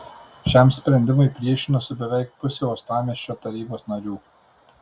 šiam sprendimui priešinosi beveik pusė uostamiesčio tarybos narių